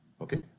Okay